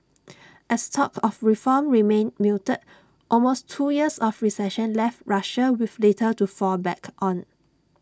as talk of reform remained muted almost two years of recession left Russia with little to fall back on